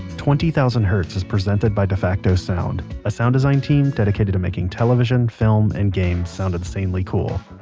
twenty thousand hertz is presented by defacto sound a sound design team dedicated to making television, film and games sound insanely cool.